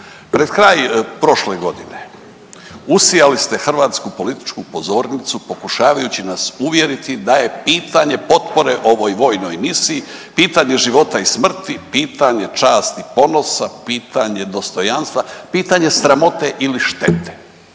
Pred kraj prošle godine usijali ste hrvatsku političku pozornicu pokušavajući nas uvjeriti da je pitanje potpore ovoj vojnoj misiji pitanje života i smrti, pitanje časti i ponosa, pitanje dostojanstva, pitanje sramote ili štete.